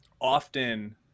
often